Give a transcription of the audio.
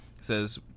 says